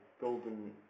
golden